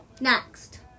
Next